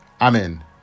Amen